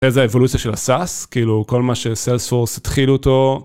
איזה האבולוציה של ה-SaaS, כאילו כל מה ש-salesforce התחילו אותו.